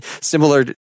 similar